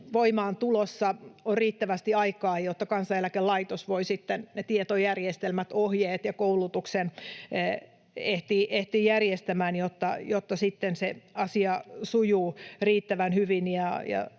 voimaantulossa on riittävästi aikaa, jotta Kansaneläkelaitos ne tietojärjestelmät, ohjeet ja koulutuksen ehtii järjestämään, jotta sitten se asia sujuu riittävän hyvin.